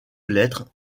lettres